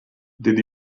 did